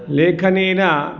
लेखनेन